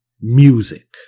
Music